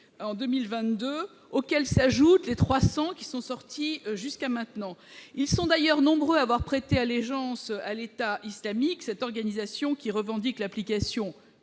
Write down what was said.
en 2022, auxquels il faut ajouter les 300 détenus sortis jusqu'à maintenant. Ils sont d'ailleurs nombreux à avoir prêté allégeance à l'État islamique, cette organisation qui revendique l'application